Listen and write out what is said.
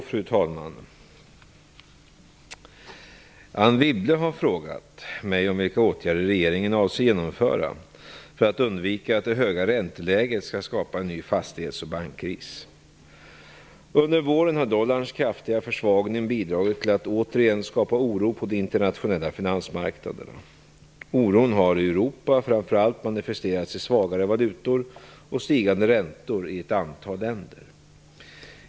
Fru talman! Anne Wibble har frågat mig vilka åtgärder regeringen avser att genomföra för att undvika att det höga ränteläget skall skapa en ny fastighetsoch bankkris. Under våren har dollarns kraftiga försvagning bidragit till att återigen skapa oro på de internationella finansmarknaderna. Oron har i Europa framför allt manifesterats i svagare valutor och stigande räntor i ett antal länder.